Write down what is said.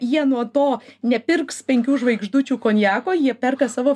jie nuo to nepirks penkių žvaigždučių konjako jie perka savo